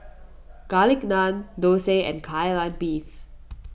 Garlic Naan Thosai and Kai Lan Beef